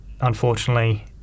unfortunately